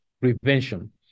prevention